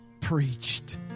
preached